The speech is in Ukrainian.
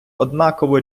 однаково